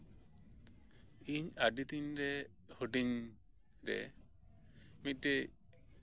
ᱤᱧ ᱟᱹᱰᱤ ᱫᱤᱱ ᱨᱮ ᱦᱩᱰᱤᱧ ᱨᱮ ᱢᱤᱫᱴᱮᱱ